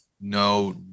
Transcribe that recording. no